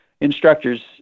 instructors